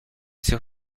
ces